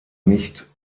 nicht